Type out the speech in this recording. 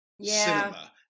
cinema